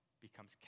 becomes